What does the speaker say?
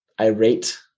irate